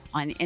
on